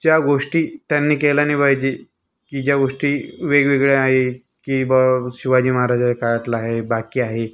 त्या गोष्टी त्यांनी केल्या नाही पाहिजे की ज्या गोष्टी वेगवेगळ्या आहे की ब शिवाजी महाराजा काळातलं आहे बाकी आहे